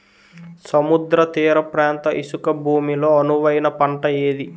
సముద్ర తీర ప్రాంత ఇసుక భూమి లో అనువైన పంట ఏది?